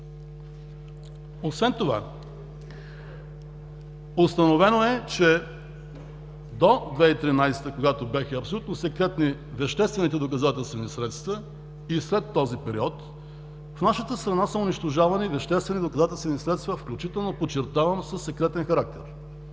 Освен това, установено е, че до 2013 г., когато бяха абсолютно секретни веществените доказателствени средства и след този период, в нашата страна са унищожавани веществени доказателствени средства, включително – подчертавам – със секретен характер.